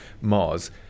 Mars